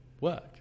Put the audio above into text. work